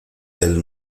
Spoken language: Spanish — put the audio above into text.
del